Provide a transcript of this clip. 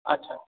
ଆଚ୍ଛା